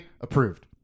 approved